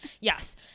Yes